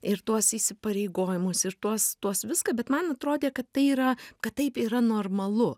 ir tuos įsipareigojimus ir tuos tuos viską bet man atrodė kad tai yra kad taip yra normalu